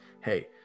hey